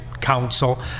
council